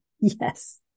Yes